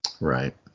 Right